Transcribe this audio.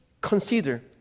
consider